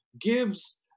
gives